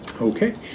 Okay